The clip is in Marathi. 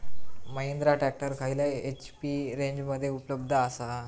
महिंद्रा ट्रॅक्टर खयल्या एच.पी रेंजमध्ये उपलब्ध आसा?